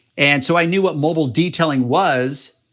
and so i knew what mobile detailing was,